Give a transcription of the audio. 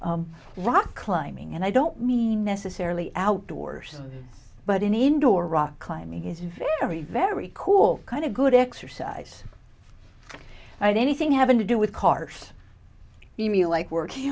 their rock climbing and i don't mean necessarily outdoors but in indoor rock climbing is very very cool kind a good exercise and anything having to do with cars you know you like work